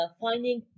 finding